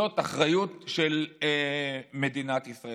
זאת אחריות של מדינת ישראל.